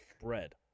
Bread